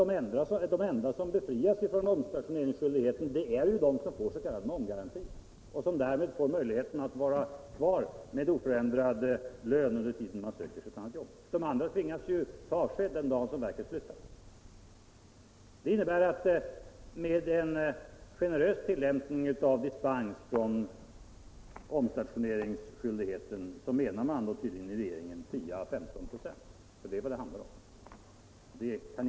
De enda som befrias 161 från omstationeringsskyldigheten är ju de som beviljas s.k. NOM-garanti och som därmed får möjligheten att stå kvar med oförändrad lön medan de söker annat arbete. Övriga som inte följer med tvingas ju ta avsked den dag när verket flyttar. Det innebär tydligen att regeringen med en generös tillämpning av omstationeringsskyldigheten menar befrielse från denna för 10 å 15 96. Det är nämligen inte fler det gäller.